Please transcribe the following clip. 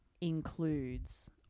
includes